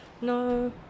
No